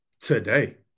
today